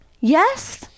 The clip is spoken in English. Yes